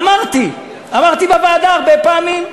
אמרתי, אמרתי בוועדה הרבה פעמים.